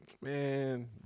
man